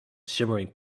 shimmering